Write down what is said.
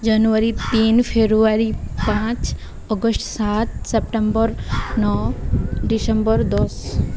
ଜାନୁଆରୀ ତିନି ଫେବୃଆରୀ ପାଞ୍ଚ ଅଗଷ୍ଟ ସାତ ସେପ୍ଟେମ୍ବର ନଅ ଡିସେମ୍ବର ଦଶ